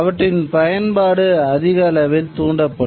அவற்றின் பயன்பாடு அதிக அளவில் தூண்டப்படும்